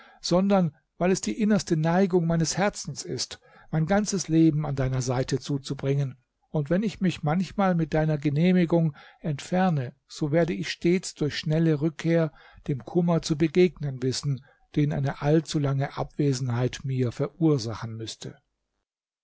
sondern weil es die innerste neigung meines herzens ist mein ganzes leben an deiner seite zuzubringen und wenn ich mich manchmal mit deiner genehmigung entferne so werde ich stets durch schnelle rückkehr dem kummer zu begegnen wissen den eine allzu lange abwesenheit mir verursachen müßte